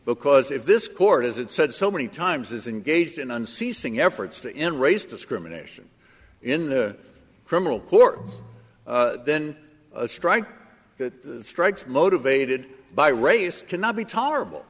because if this court as it said so many times is engaged in unceasing efforts to end race discrimination in the criminal court then a strike that strikes motivated by race cannot be tolerable